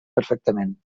perfectament